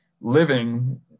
living